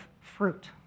fruit